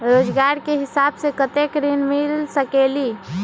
रोजगार के हिसाब से कतेक ऋण मिल सकेलि?